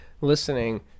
listening